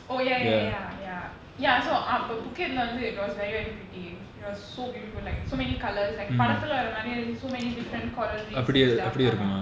oh ya ya ya ya ya ya so அப்பபுக்கெட்ல வந்து:apa pucketla vandhu it was very very pretty it was so beautiful like so many colours like படத்துலவரமாதிரியே:padathula vara mathiriye so many different coral reefs and stuff ஆமா:aama